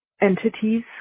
entities